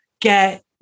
get